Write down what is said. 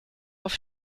auf